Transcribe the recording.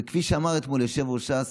וכפי שאמר אתמול יושב-ראש ש"ס,